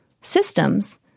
systems-